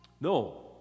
No